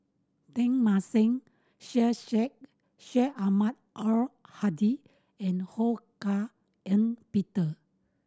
Teng Mah Seng Syed Sheikh Syed Ahmad Al Hadi and Ho Hak Ean Peter